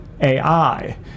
AI